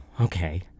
okay